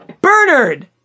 Bernard